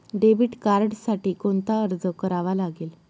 Debit कार्डसाठी कोणता अर्ज करावा लागेल?